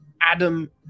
Adam